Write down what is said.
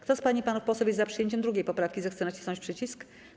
Kto z pań i panów posłów jest za przyjęciem 2. poprawki, zechce nacisnąć przycisk.